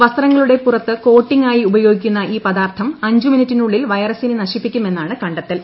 വസ്ത്രങ്ങളുടെ പുറത്ത് കോട്ടിങ് ആയി ഉപയോഗിക്കുന്ന ഈ പദാർത്ഥം അഞ്ചുമിനിറ്റിനുള്ളിൽ വൈറസിനെ നശിപ്പിക്കും എന്നാണ് കണ്ടെത്തൽ